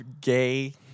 gay